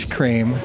Cream